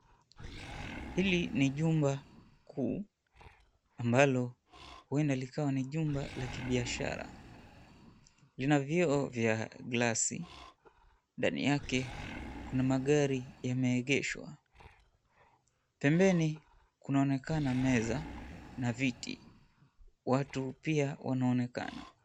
Hili ni jumba kuu ambalo huenda likawa ni jumba la kibiashara, lina vyeo vya glasi. Ndani yake kuna magari yameegeshwa. Pembeni kunaonekana meza na viti, watu pia wanonekana.